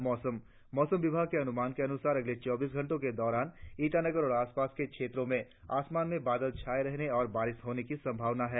और अब मोसम मौसम विभाग के अनुमान के अनुसार अगले चौबीस घंटो के दौरान ईटानगर और आसपास के क्षेत्रो में आसमान में बादल छाये रहने और बारिश होने की संभावना है